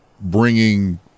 bringing